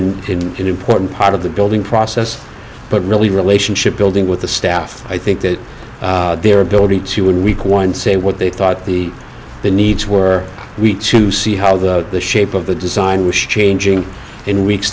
helpful in an important part of the building process but really relationship building with the staff i think that their ability to in week one say what they thought the the needs were we to see how the the shape of the design was changing in weeks